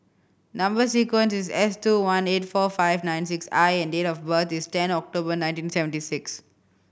number sequence is S two one eight four five nine six I and date of birth is ten October nineteen seventy six